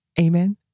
Amen